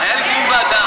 היה לי דיון בוועדה.